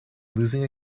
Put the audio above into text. losing